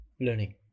learning